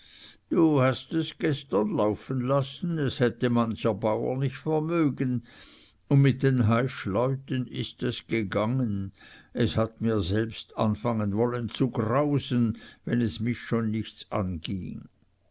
du hast gestern es laufen lassen es hätte es mancher bauer nicht vermögen und mit den heischleuten ist es gegangen es hat mir selbst anfangen wollen zu grausen wenn es mich schon nichts anging